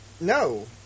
No